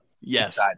yes